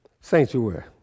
sanctuary